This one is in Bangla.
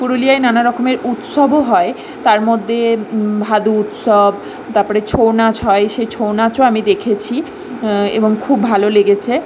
পুরুলিয়ায় নানা রকমের উৎসবও হয় তার মধ্যে ভাদু উৎসব তারপরে ছৌ নাচ হয় সেই ছৌ নাচও আমি দেখেছি এবং খুব ভালো লেগেছে